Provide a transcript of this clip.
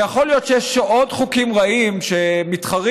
ויכול להיות שיש עוד חוקים רעים שמתחרים,